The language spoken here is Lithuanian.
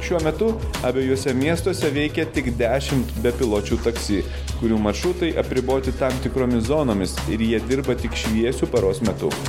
šiuo metu abiejuose miestuose veikia tik dešimt bepiločių taksi kurių maršrutai apriboti tam tikromis zonomis ir jie dirba tik šviesiu paros metu